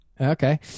Okay